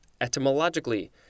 etymologically